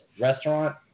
restaurant